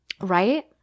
right